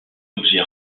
objet